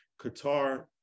Qatar